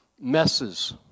Messes